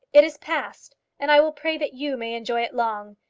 it is past and i will pray that you may enjoy it long.